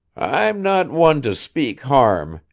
i'm not one to speak harm,